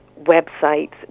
websites